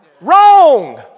wrong